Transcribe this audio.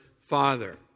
Father